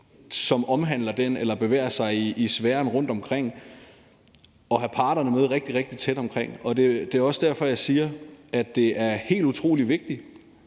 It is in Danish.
som omhandler den eller bevæger sig i sfæren rundt om den, er meget sundt at have parterne med rigtig, rigtig tæt omkring os. Det er også derfor, jeg siger, at det er helt utrolig vigtigt